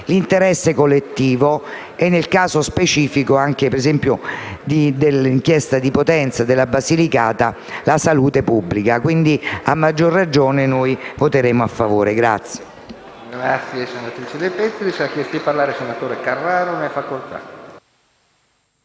l'interesse collettivo e, nel caso specifico dell'inchiesta di Potenza e della Basilicata, la salute pubblica. Quindi, a maggior ragione, noi voteremo a favore.